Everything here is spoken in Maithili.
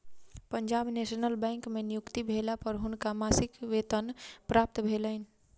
पंजाब नेशनल बैंक में नियुक्ति भेला पर हुनका मासिक वेतन प्राप्त भेलैन